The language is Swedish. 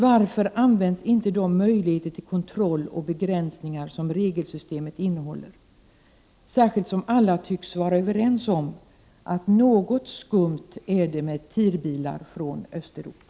Varför används inte de möjligheter till kontroll och begränsningar som regelsystemet medger, särskilt som alla tycks vara överens om att det är något skumt med TIR-bilar från Östeuropa?